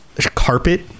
carpet